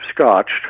scotched